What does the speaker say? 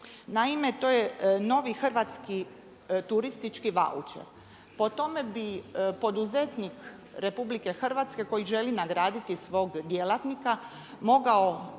Naime, to je novi hrvatski turistički vaučer. Po tome bi poduzetnik RH koji želi nagraditi svog djelatnika mogao